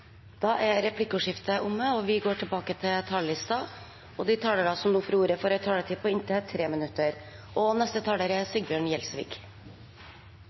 Da er replikkordskiftet omme. De talere som heretter får ordet, har en taletid på inntil 3 minutter. Det er jo smått utrolig og